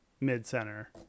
mid-center